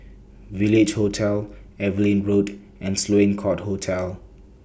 Village Hotel Evelyn Road and Sloane Court Hotel